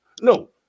no